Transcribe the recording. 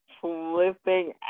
flipping